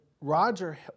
Roger